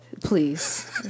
Please